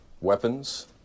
weapons